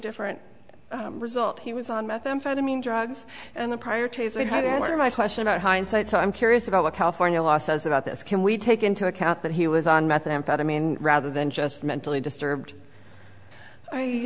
different result he was on methamphetamine drugs and a prior to right answer my question about hindsight so i'm curious about what california law says about this can we take into account that he was on methamphetamine rather than just mentally disturbed i